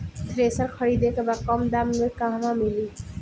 Thresher खरीदे के बा कम दाम में कहवा मिली?